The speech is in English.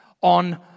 on